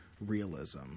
realism